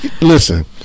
Listen